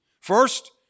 First